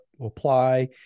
apply